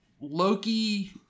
Loki